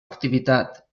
activitat